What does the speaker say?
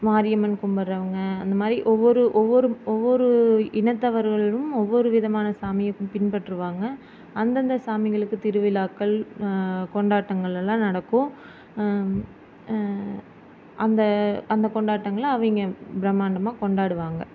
மாரியம்மன் கும்பிட்றவங்க அந்த மாதிரி ஒவ்வொரு ஒவ்வொரு ஒவ்வொரு இனத்தவர்களும் ஒவ்வொரு விதமான சாமியை பின்பற்றுவாங்கள் அந்தந்த சாமிகளுக்கு திருவிழாக்கள் கொண்டாட்டங்களெல்லாம் நடக்கும் அந்த அந்த கொண்டாட்டங்களை அவங்க பிரம்மாண்டமாக கொண்டாடுவாங்கள்